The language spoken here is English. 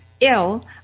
ill